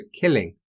killing